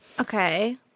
Okay